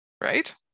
Right